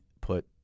put